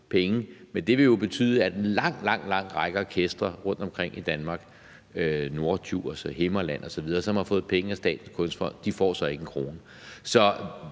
men det vil jo betyde, at en lang, lang række orkestre rundtomkring i Danmark – Norddjurs, Himmerland osv. – som har fået penge af Statens Kunstfond, ikke får en krone.